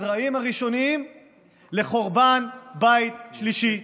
הזרעים הראשונים לחורבן בית שלישי.